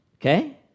okay